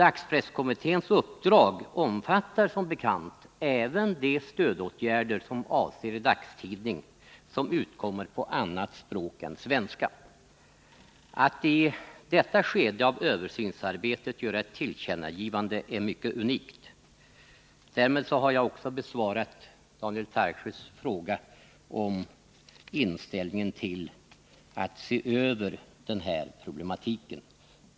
Dagspresskommitténs uppdrag omfattar som bekant även de stödåtgärder som avser dagstidning som utkommer på annat språk än svenska. Att i detta skede av översynsarbetet göra ett tillkännagivande är mycket unikt. Därmed har jag också besvarat Daniel Tarschys fråga om min inställning till att se över den här problematiken.